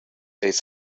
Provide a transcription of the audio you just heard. eis